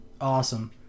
Awesome